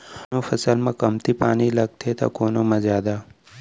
कोनो फसल म कमती पानी लगथे त कोनो म जादा